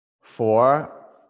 Four